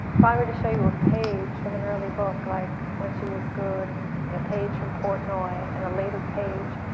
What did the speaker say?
if i were to show you a page from an early book, like when she was good and a page from portnoy and a later page,